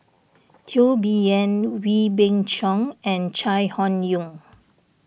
Teo Bee Yen Wee Beng Chong and Chai Hon Yoong